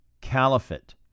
Caliphate